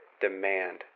demand